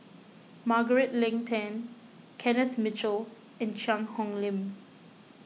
Margaret Leng Tan Kenneth Mitchell and Cheang Hong Lim